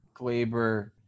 Glaber